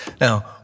Now